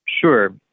Sure